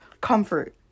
comfort